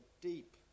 deep